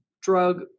drug